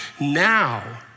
now